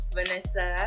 Vanessa